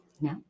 no